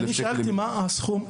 --- אני שאלתי מה הוא הסכום הכולל,